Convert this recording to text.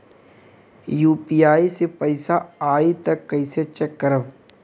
UPI से पैसा आई त कइसे चेक करब?